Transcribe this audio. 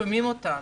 שומעים אותנו,